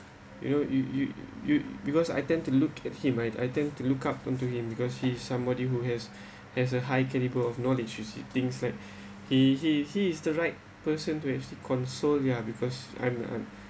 you know you you you because I tend to look at him I I tend to look up on to him because he's somebody who has has a high calibre of knowledge you see he sees things like he he he is the right person to actually console ya because I'm I'm